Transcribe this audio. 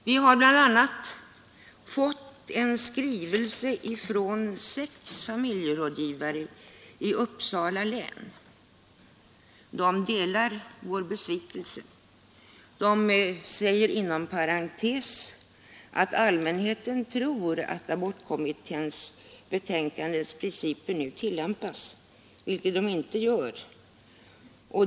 Vi har bl.a. fått en skrivelse från sex familjerådgivare i Uppsala län. De delar vår besvikelse. De säger inom parentes att allmänheten tror att principerna i abortkommitténs betänkande nu tillämpas — vilket inte sker.